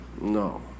no